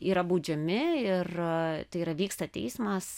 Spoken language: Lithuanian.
yra baudžiami ir tai yra vyksta teismas